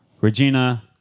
Regina